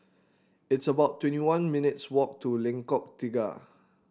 it's about twenty one minutes walk to Lengkong Tiga